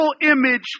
image